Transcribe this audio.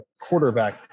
quarterback